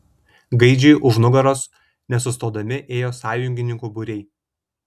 gaidžiui už nugaros nesustodami ėjo sąjungininkų būriai